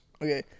Okay